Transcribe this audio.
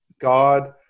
God